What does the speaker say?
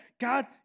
God